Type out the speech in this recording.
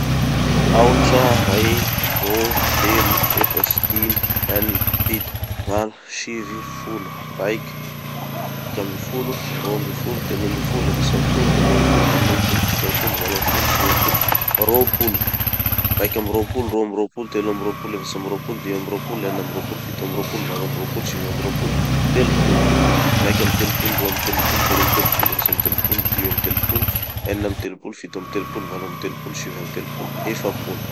Aotra, ray, rô, telo, efatsy, dimy, enina, fito, valo, sivy, folo, raiky- raiky amby folo, rô amby folo, telo amby folo, efatsy amby folo, dimy amby folo, enina amby folo, fito amby folo, valo amby folo, sivy amby folo, rôpolo, raiky amby rôpolo, rô amby rôpolo, telo amby rôpolo, efatsy amby rôpolo, dimy amby rôpolo, enina amby rôpolo, fito amby rôpolo, valo amby rôpolo, sivy amby rôpolo, telopolo, raiky amby telopolo, roa amby telopolo, telo amby telopolo, efatsy amby telopolo, dimy amby telopolo, enina amby telopolo, fito amby telopolo, valo amby telopolo, sivy amby telopolo, efapolo.